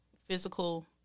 physical